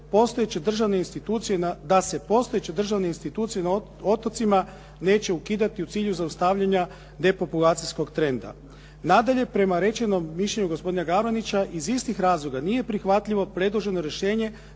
da se postojeće državne institucije na otocima neće ukidati u cilju zaustavljanja depopulacijskog trenda. Nadalje, prema rečenom mišljenju gospodina Gavranića, iz istih razloga nije prihvatljivo predloženo rješenje